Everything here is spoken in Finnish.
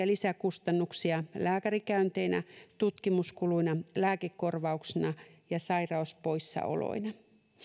lisäkustannuksia lääkärikäynteinä tutkimuskuluina lääkekorvauksina ja sairauspoissaoloina